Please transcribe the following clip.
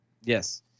Yes